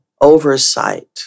oversight